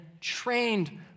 trained